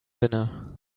dinner